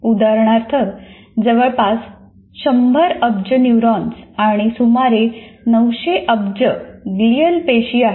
उदाहरणार्थ जवळपास 100 अब्ज न्यूरॉन्स आणि सुमारे 900 अब्ज ग्लिअल पेशी आहेत